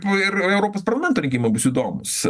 ir europos parlamento rinkimai bus įdomūs